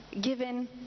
given